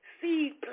Seed